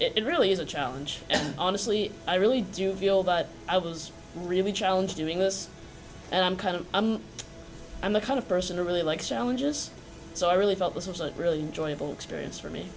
and it really is a challenge and honestly i really do feel that i was really a challenge doing this and i'm kind of i'm the kind of person who really likes shown yes so i really thought this was a really enjoyable experience for me